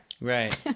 Right